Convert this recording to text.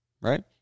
right